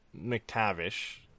McTavish